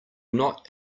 not